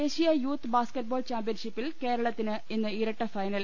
ദേശീയ youth basketball ചാമ്പ്യൻഷിപ്പിൽ കേരള ത്തിന് ഇന്ന് ഇരട്ട ഫൈനൽ